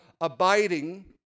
abiding